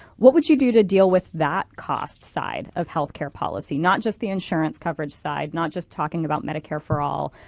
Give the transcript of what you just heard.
what would you do to deal with that cost side of health care policy? not just the insurance coverage side, not just talking about medicare for all,